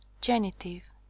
Genitive